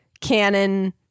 canon